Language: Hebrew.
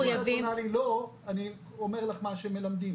אומר לך מה שמלמדים,